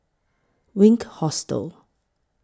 Wink Hostel